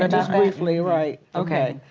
ah just briefly, right. okay.